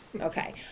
Okay